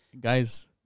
Guys